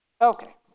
Okay